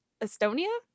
Estonia